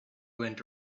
went